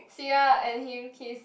Sierra and him kiss